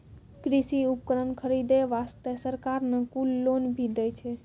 कृषि उपकरण खरीदै वास्तॅ सरकार न कुल लोन भी दै छै